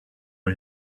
are